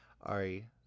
Ari